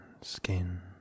skin